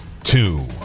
two